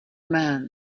man